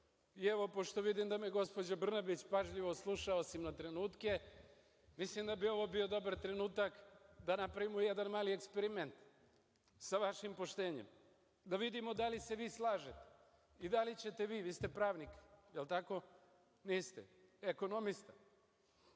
evo, pošto vidim da me gospođa Brnabić pažljivo sluša osim na trenutke, mislim da bi ovo bio dobar trenutak da napravimo jedan mali eksperiment sa vašim poštenjem, da vidimo da li se vi slažete i da li ćete vi, vi ste pravnik, jer tako? Niste? Ekonomista?